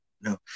no